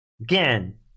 Again